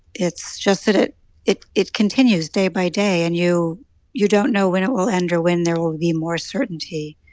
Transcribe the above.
it's just that it it continues day by day. and you you don't know when it will end or when there will be more certainty.